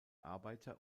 arbeiter